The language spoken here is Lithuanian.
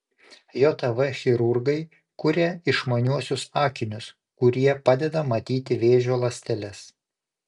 jav chirurgai kuria išmaniuosius akinius kurie padeda matyti vėžio ląsteles